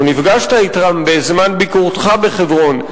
או נפגשת אתם בזמן ביקורך בחברון.